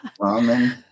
Ramen